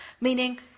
meaning